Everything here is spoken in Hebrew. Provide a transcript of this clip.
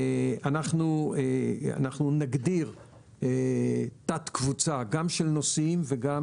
אנחנו נגדיר תתי קבוצות של נושאים ושל